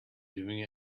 doing